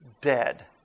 dead